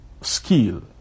skill